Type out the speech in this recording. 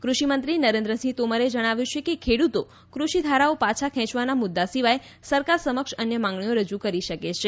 કૃષિમંત્રી નરેન્દ્રસિંહ તોમરે જણાવ્યું છે કે ખેડૂતો કૃષિધારાઓ પાછા ખેંચવાના મુદ્દા સિવાય સરકાર સમક્ષ અન્ય માંગણીઓ રજૂ કરી શકે છે